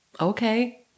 okay